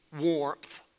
warmth